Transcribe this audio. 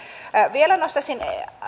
vielä nostaisin